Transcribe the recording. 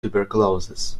tuberculosis